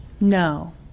No